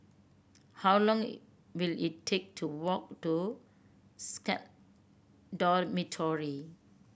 how long will it take to walk to SCAL Dormitory